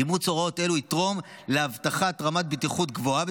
אימוץ הוראות אלה יתרום להבטחת רמת בטיחות גבוהה